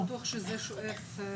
אתה בטוח שזה --- מה?